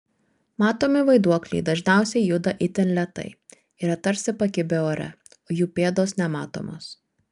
matomi vaiduokliai dažniausiai juda itin lėtai yra tarsi pakibę ore o jų pėdos nematomos